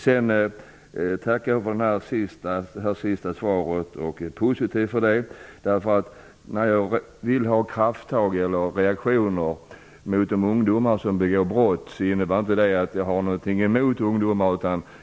Sedan vill jag tacka för det sista svaret som jag ser positivt på. När jag vill ha reaktioner mot de ungdomar som begår brott innebär det inte att jag har någonting emot ungdomar.